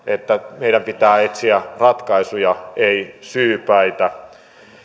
että meidän pitää etsiä ratkaisuja ei syypäitä